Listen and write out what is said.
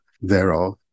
thereof